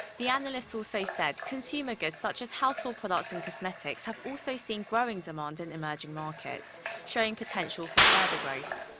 the analyst also said consumer goods such as household products and cosmetics have also seen growing demand in emerging markets showing potential for further growth.